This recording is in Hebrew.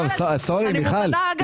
סורי, מיכל.